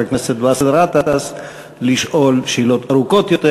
הכנסת באסל גטאס לשאול שאלות ארוכות יותר.